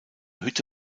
hütte